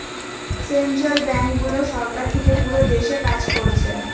central ব্যাংকগুলো সরকার থিকে পুরো দেশে কাজ কোরছে